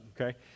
Okay